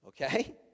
Okay